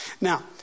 Now